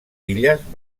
illes